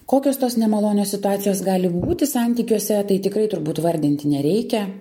kokios tos nemalonios situacijos gali būti santykiuose tai tikrai turbūt vardinti nereikia